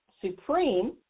supreme